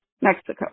Mexico